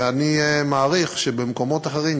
ואני מעריך שבמקומות אחרים,